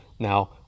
Now